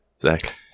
Zach